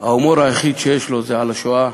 שההומור היחיד שיש לו זה על השואה.